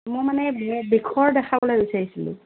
মই মানে বিষৰ দেখাবলে বিচাৰিছিলোঁ